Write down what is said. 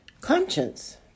conscience